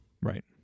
Right